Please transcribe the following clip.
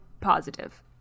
positive